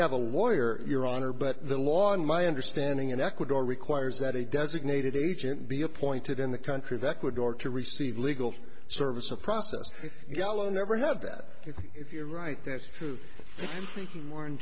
have a lawyer your honor but the law in my understanding in ecuador requires that a designated agent be appointed in the country of ecuador to receive legal service a process gallow never have that if you're right that's true more in